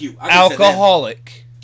alcoholic